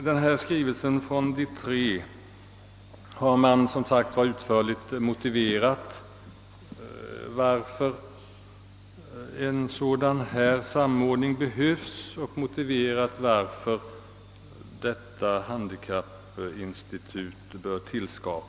I skrivelsen från de tre instanserna har, som sagt, utförligt motiverats varför en sådan här samordning behövs och varför en handikappinstitution bör inrättas.